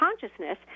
consciousness